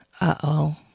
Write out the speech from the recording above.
uh-oh